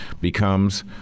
becomes